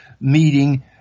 meeting